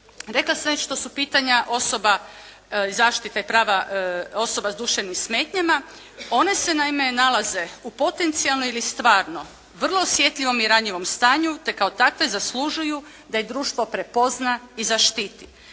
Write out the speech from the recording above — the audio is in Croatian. Rekla sam već to su pitanja osoba i zaštite prava osoba s duševnim smetnjama. One se naime nalaze u potencijalno ili stvarno vrlo osjetljivom i ranjivom stanju te kao takve zaslužuju da ih društvo prepozna i zaštiti.